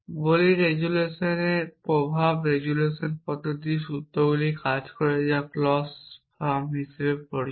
এবং রেজোলিউশন প্রভাব রেজোলিউশন পদ্ধতি সূত্রগুলি কাজ করে যা ক্লজ ফর্ম হিসাবে পরিচিত